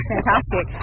fantastic